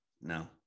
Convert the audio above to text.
no